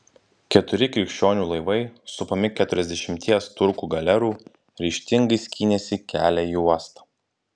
keturi krikščionių laivai supami keturiasdešimties turkų galerų ryžtingai skynėsi kelią į uostą